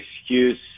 excuse